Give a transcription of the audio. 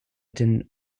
didn’t